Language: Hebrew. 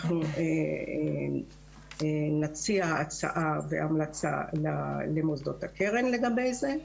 אנחנו נציע הצעה והמלצה למוסדות הקרן לגבי זה.